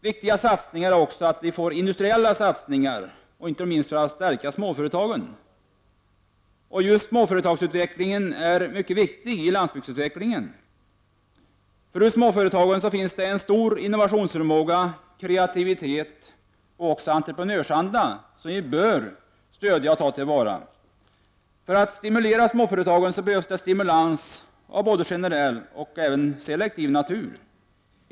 Det är också viktigt att göra industriella satsningar, inte minst för att stärka småföretagen. Just småföretagsutvecklingen är mycket viktig inom landsbygdsutvecklingen. Hos småföretagen finns nämligen stor innovationsförmåga, kreativitet och entreprenörsanda som vi bör ta till vara och stödja. För småföretagen behövs det stimulans av både generell och selektiv natur.